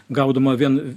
gaudoma vien